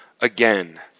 again